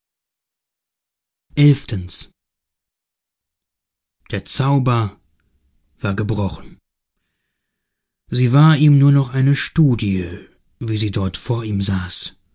der zauber war gebrochen sie war ihm nur noch eine studie wie sie dort vor ihm saß